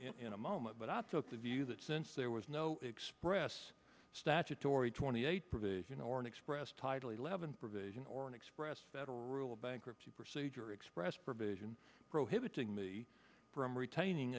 in a moment but i took the view that since there was no express statutory twenty eight provision or an express title eleven provision or an express that a rule of bankruptcy procedure expressed provision prohibiting the from retaining